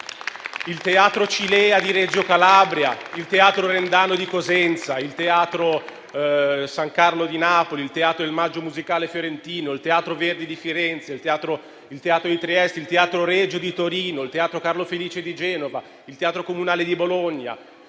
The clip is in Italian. il Teatro Cilea di Reggio Calabria, (*Applausi*) il Teatro Rendano di Cosenza, il Teatro del Maggio musicale fiorentino, il Teatro Verdi di Firenze, il Teatro di Trieste, il Teatro Regio di Torino, il Teatro Carlo Felice di Genova, il Teatro Comunale di Bologna,